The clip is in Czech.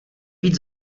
být